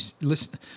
Listen